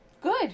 good